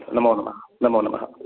नमो नमः नमो नमः